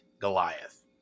Goliath